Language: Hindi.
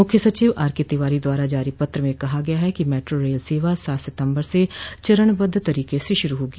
मुख्य सचिव आर के तिवारी द्वारा जारी पत्र में कहा गया ह कि मेट्रो रेल सेवा सात सितम्बर से चरणबद्व तरीके से शुरू होगी